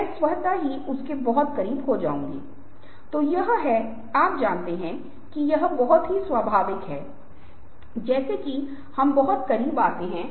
यह अन्तरक्रियाशीलता एक दृश्य माध्यम में संपूर्ण वस्तु की चंचलता एक और विशिष्ट विशेषता है जिसे हम आज दृश्य संस्कृति में पाते हैं